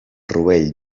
rovell